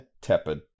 tepid